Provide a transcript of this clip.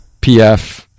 PF